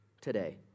today